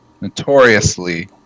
notoriously